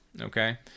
Okay